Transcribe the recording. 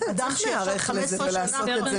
--- צריך להיערך לזה ולעשות את זה